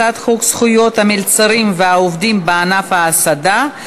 הצעת חוק זכויות המלצרים והעובדים בענף ההסעדה,